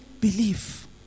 believe